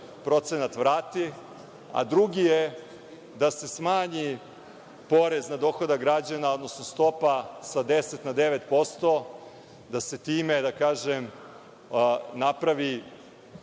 procenat vrati, a drugi je da se smanji porez na dohodak građana, odnosno stopa sa 10% na 9%, da se time, da kažem, napravi